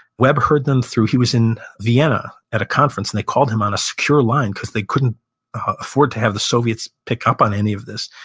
webb heard them through. he was in vienna at a conference, and they called him on a secure line because they couldn't afford to have the soviets pick up on any of this.